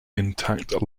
intact